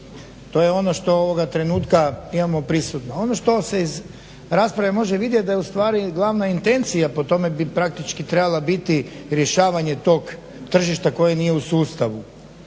To je ono što ovoga trenutka imamo prisutno. Ono što se iz rasprave može vidjet, da je ustvari glavna intencija po tome bi praktički trebala biti rješavanje tog tržišta koje nije u sustavu,